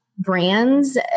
brands